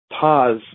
pause